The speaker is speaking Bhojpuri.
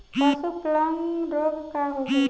पशु प्लग रोग का होखेला?